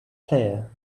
player